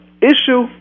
issue